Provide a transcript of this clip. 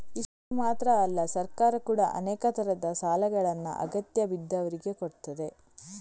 ಇಷ್ಟು ಮಾತ್ರ ಅಲ್ಲ ಸರ್ಕಾರ ಕೂಡಾ ಅನೇಕ ತರದ ಸಾಲಗಳನ್ನ ಅಗತ್ಯ ಬಿದ್ದವ್ರಿಗೆ ಕೊಡ್ತದೆ